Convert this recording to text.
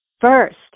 first